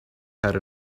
had